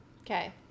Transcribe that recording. Okay